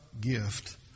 gift